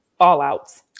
fallouts